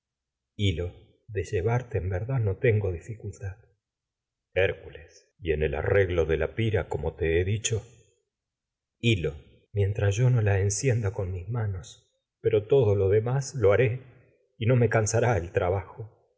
en verdad no tengo dificultad el arreglo de la pira como te he dicho hil lo pero mientras yo no la'encienda ilo me con mis manos todo lo demás lo haré y cansará el trabajo